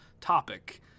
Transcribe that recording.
topic